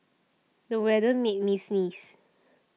the weather made me sneeze